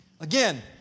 Again